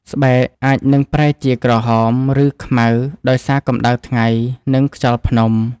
ស្បែកអាចនឹងប្រែជាក្រហម ឬខ្មៅដោយសារកម្ដៅថ្ងៃ និងខ្យល់ភ្នំ។